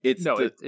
No